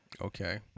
Okay